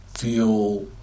feel